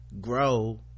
grow